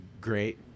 great